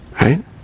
Right